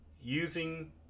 using